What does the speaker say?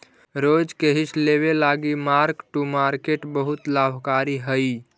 रोज के हिस लेबे लागी मार्क टू मार्केट बहुत लाभकारी हई